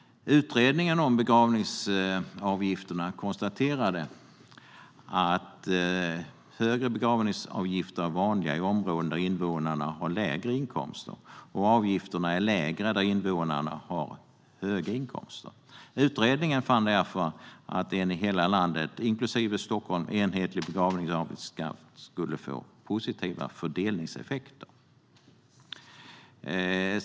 Utredningen konstaterade att högre begravningsavgifter är vanligare i områden där invånarna har lägre inkomster och att avgifterna är lägre där invånarna har höga inkomster. Utredningen fann därför att en i hela landet, inklusive Stockholm, enhetlig begravningsavgiftssats skulle få positiva fördelningseffekter.